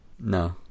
No